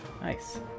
Nice